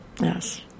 Yes